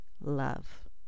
love